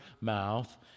mouth